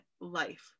life